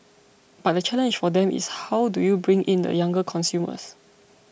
but the challenge for them is how do you bring in the younger consumers